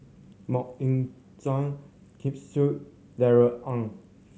Mok Ying Jang Ken Seet Darrell Ang